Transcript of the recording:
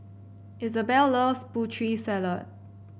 Isabell loves Putri Salad